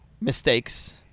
mistakes